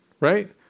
right